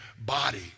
body